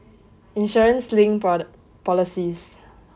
insurance linked pro~ policies